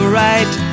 right